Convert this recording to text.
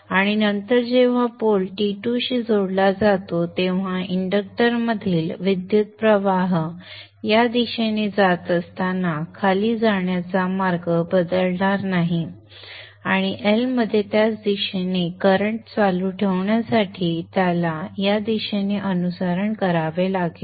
आणि नंतर जेव्हा पोल T2 शी जोडला जातो तेव्हा इंडक्टरमधील करंट या दिशेने जात असताना खाली जाण्याचा मार्ग बदलणार नाही आणि L मध्ये त्याच दिशेने करंट चालू ठेवण्यासाठी त्याला या दिशेने अनुसरण करावे लागेल